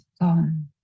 gone